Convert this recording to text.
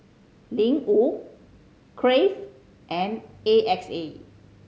Ling Wu Crave and A X A